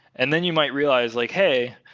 and then you might realize like, hey,